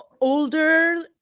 older